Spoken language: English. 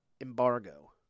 embargo